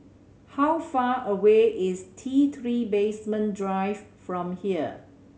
how far away is T Three Basement Drive from here